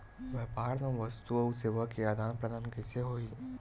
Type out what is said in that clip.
व्यापार मा वस्तुओ अउ सेवा के आदान प्रदान कइसे होही?